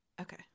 Okay